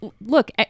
look